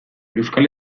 euskal